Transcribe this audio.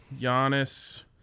Giannis